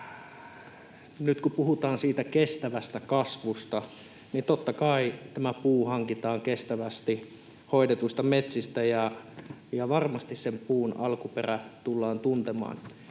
nyt, kun puhutaan siitä kestävästä kasvusta, niin totta kai tämä puu hankitaan kestävästi hoidetuista metsistä, ja ihan varmasti sen puun alkuperä tullaan tuntemaan.